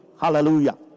Hallelujah